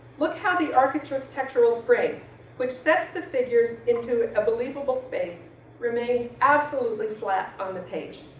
look how the architectural architectural frame which sets the figures into a believable space remains absolutely flat on the page.